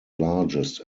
largest